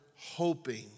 hoping